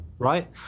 Right